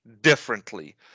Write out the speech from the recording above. differently